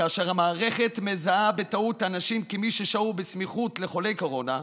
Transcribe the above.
כאשר המערכת מזהה בטעות אנשים כמי ששהו בסמיכות לחולי קורונה,